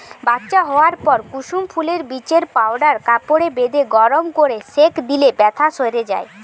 বাচ্চা হোয়ার পর কুসুম ফুলের বীজের পাউডার কাপড়ে বেঁধে গরম কোরে সেঁক দিলে বেথ্যা সেরে যায়